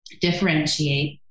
differentiate